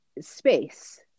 space